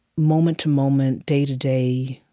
moment to moment, day to day,